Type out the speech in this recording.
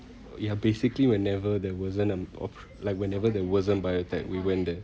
ya basically whenever there wasn't um of like whenever there wasn't biotech we went there